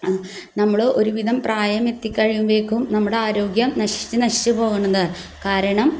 നമ്മൾ ഒരുവിധം പ്രായം എത്തിക്കഴിയുമ്പോഴേക്കും നമ്മുടെ ആരോഗ്യം നശിച്ചു നശിച്ചു പോകണത് കാരണം